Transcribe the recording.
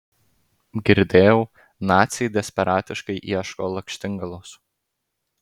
girdėjau naciai desperatiškai ieško lakštingalos